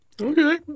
Okay